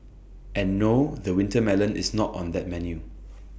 and no the winter melon is not on that menu